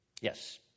Yes